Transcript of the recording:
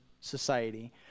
society